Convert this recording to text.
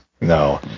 No